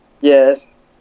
Yes